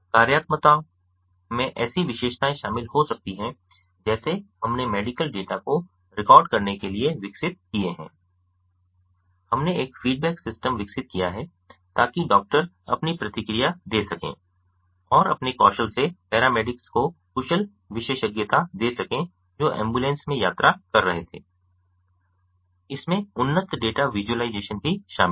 कार्यात्मकताओं में ऐसी विशेषताएं शामिल हो सकती हैं जैसे हमने मेडिकल डेटा को रिकॉर्ड करने के लिए विकसित किए हैं हमने एक फीडबैक सिस्टम विकसित किया है ताकि डॉक्टर अपनी प्रतिक्रिया दे सकें और अपने कौशल से पैरामेडिक्स को कुशल विशेषज्ञता दे सकें जो एम्बुलेंस में यात्रा कर रहे थे इसमें उन्नत डेटा विज़ुअलाइज़ेशन भी शामिल है